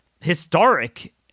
historic